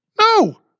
No